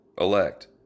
elect